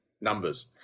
numbers